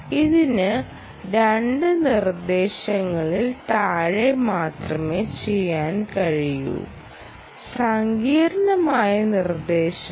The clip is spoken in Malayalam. ഇതിന് രണ്ട് നിർദ്ദേശങ്ങളിൽ താഴെ മാത്രമേ ചെയ്യാൻ കഴിയൂ സങ്കീർണ്ണമായ നിർദ്ദേശങ്ങൾ